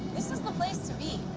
this is the place to be.